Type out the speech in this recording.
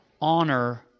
Honor